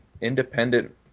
independent